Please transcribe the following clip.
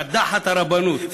קדחת הרבנות,